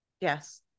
Yes